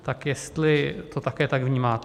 Tak jestli to také tak vnímáte.